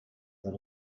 that